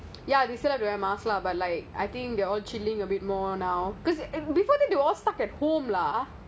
still have to wear mask or what